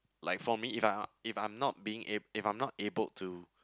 like for me if I'm if I'm not being if I'm not able to